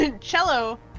cello